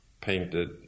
painted